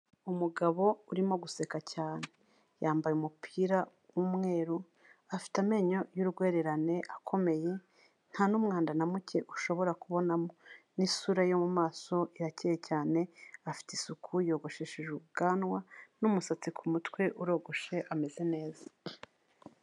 Umugabo urimo guseka cyane. Yambaye umupira w'umweru, afite amenyo y'urwererane akomeye, nta n'umwanda na muke ushobora kubonamo, n'isura yo mu maso irakeye cyane, afite isuku yogosheshe ubwanwa n'umusatsi ku mutwe urogoshe, ameze neza.